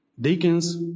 deacons